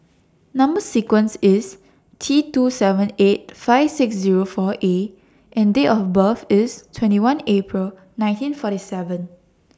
Number sequence IS T two seven eight five six Zero four A and Date of birth IS twenty one April nineteen forty seven